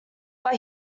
but